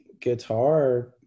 guitar